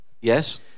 Yes